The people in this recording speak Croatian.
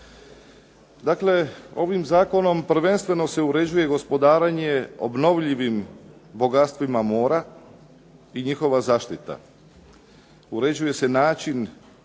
Dakle, ovim zakonom prvenstveno se uređuje gospodarenje obnovljivim bogatstvima mora i njihova zaštita. Uređuje se način